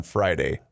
Friday